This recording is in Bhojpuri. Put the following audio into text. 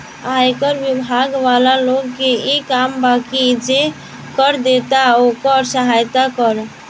आयकर बिभाग वाला लोग के इ काम बा की जे कर देता ओकर सहायता करऽ